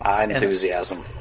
Enthusiasm